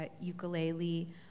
ukulele